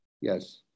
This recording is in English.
Yes